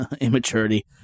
immaturity